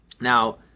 Now